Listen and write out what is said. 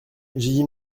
dit